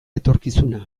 etorkizuna